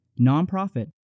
nonprofit